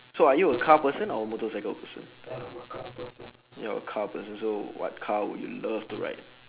so are you a car person or a motorcycle person you're a car person so what car would you love to ride